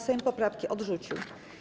Sejm poprawki odrzucił.